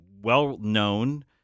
well-known